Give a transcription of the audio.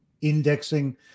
indexing